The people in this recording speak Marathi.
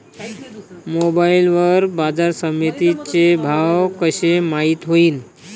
मोबाईल वर बाजारसमिती चे भाव कशे माईत होईन?